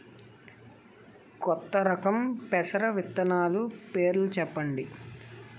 కొత్త రకం పెసర విత్తనాలు పేర్లు చెప్పండి?